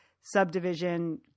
subdivision